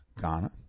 Ghana